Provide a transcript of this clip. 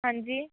ਹਾਂਜੀ